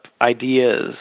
ideas